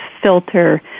filter